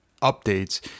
updates